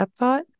Epcot